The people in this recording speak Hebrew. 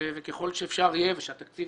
וככל שאפשר יהיה ושהתקציב